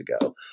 ago